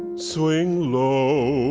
swing low,